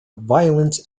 violent